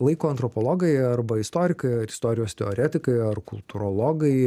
laiko antropologai arba istorikai ar istorijos teoretikai ar kultūrologai